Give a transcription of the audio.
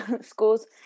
schools